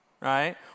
right